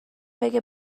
بگه